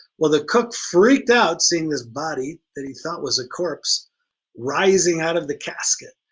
well the cook freaked out seeing this body that he thought was a corpse rising out of the casket,